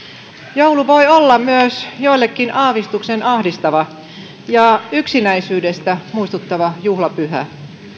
joulu voi olla myös joillekin aavistuksen ahdistava ja yksinäisyydestä muistuttava juhlapyhä